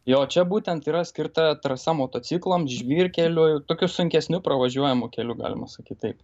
jo čia būtent yra skirta trasa motociklams žvyrkeliu tokiu sunkesniu pravažiuojamu keliu galima sakyt taip